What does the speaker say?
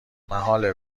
محاله